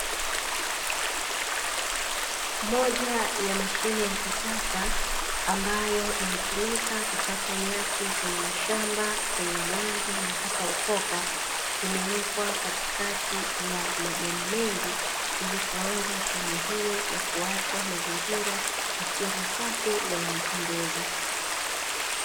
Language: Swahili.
Moja ya mashine ya kisasa ambayo inatumika kukata nyasi kwenye mashamba kwenye viwanja na hata ukoka, imewekwa katikati ya majani mengi ili kuanza shughuli hiyo na kuacha mazingira yakiwa masafi na yanapendeza.